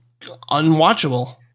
unwatchable